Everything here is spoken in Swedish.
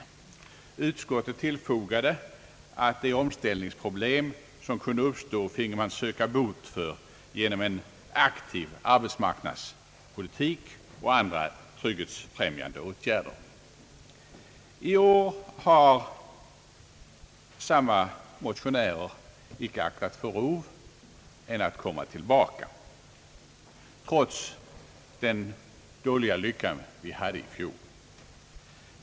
Utskottet tillfogade att man finge söka bot för de omställningsproblem som kunde komma att uppstå genom en aktiv arbetsmarknadspolitik och genom andra trygghetsfrämjande åtgärder. I år har samma motionärer icke aktat för rov att återkomma, trots den dåliga lyckan i fjol.